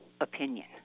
opinion